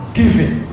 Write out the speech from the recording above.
giving